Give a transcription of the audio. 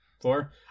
Four